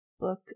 book